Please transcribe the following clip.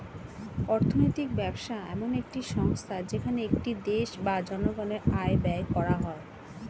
অর্থনৈতিক ব্যবস্থা এমন একটি সংস্থা যেখানে একটি দেশ বা জনগণের আয় ব্যয় করা হয়